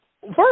First